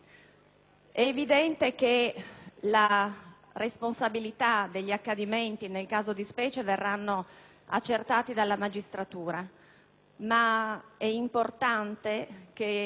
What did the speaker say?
È evidente che la responsabilità degli accadimenti nel caso di specie verrà accertata dalla magistratura, ma è importante che